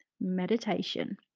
meditation